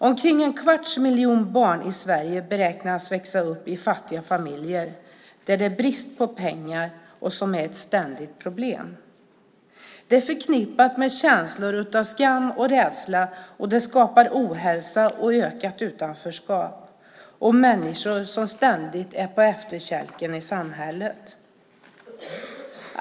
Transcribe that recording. Omkring en kvarts miljon barn i Sverige beräknas växa upp i fattiga familjer där det är brist på pengar, vilket är ett ständigt problem. Det är förknippat med känslor av skam och rädsla, och det skapar ohälsa, ökat utanförskap och människor som ständigt är på efterkälken i samhället.